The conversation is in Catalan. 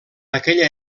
aquella